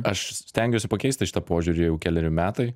aš stengiuosi pakeisti šitą požiūrį jau keleri metai